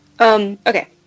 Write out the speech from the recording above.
Okay